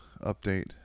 update